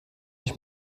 ich